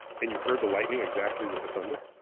and you heard the lightning exactly with the thunder.